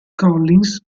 collins